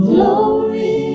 Glory